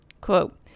Quote